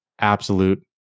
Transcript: absolute